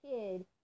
kid